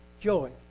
joy